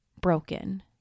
broken